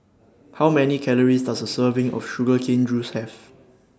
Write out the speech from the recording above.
How Many Calories Does A Serving of Sugar Cane Juice Have